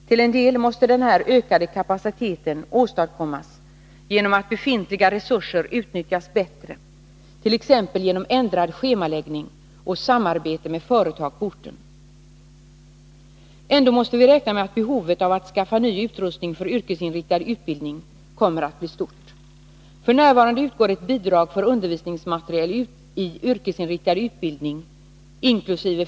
Till en del måste den här ökade kapaciteten åstadkommas genom att befintliga resurser utnyttjas bättre, t.ex. genom ändrad schemaläggning och samarbete med företag på orten. Ändå måste vi räkna med att behovet av att skaffa ny utrustning för yrkesinriktad utbildning kommer att bli stort. F.n. utgår ett bidrag för undervisningsmateriel i yrkesinriktad utbildning inkl.